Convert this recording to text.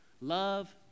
Love